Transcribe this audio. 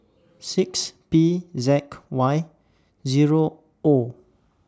six P Z Y Zero O